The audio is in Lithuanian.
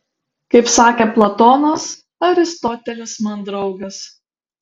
kaip sakė platonas aristotelis man draugas